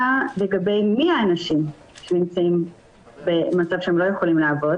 לגבי מי האנשים שנמצאים במצב שהם לא יכולים לעבוד